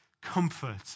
comfort